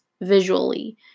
visually